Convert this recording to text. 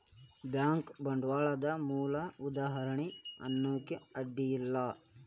bank ಬಂಡ್ವಾಳದ್ ಮೂಲ ಉದಾಹಾರಣಿ ಅನ್ನಾಕ ಅಡ್ಡಿ ಇಲ್ಲಾ